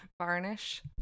Varnish